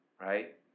right